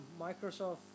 Microsoft